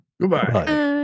Goodbye